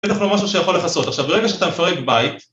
בטח לא משהו שיכול לכסות, עכשיו ברגע שאתה מפרק בית